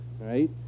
right